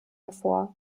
hervor